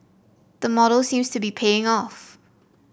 the model seems to be paying off